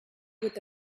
with